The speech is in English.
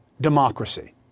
democracy